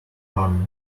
farmer